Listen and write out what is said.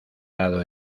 dado